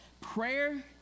Prayer